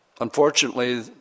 unfortunately